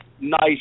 nice